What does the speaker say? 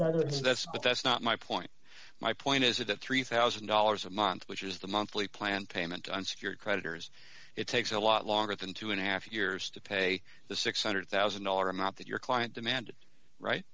to that extent but that's not my point my point is it at three thousand dollars a month which is the monthly plan payment on secured creditors it takes a lot longer than two and a half years to pay the six hundred thousand dollars amount that your client demanded right